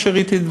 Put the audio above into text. מה שראיתי,